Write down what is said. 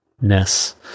ness